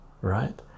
right